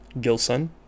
gilson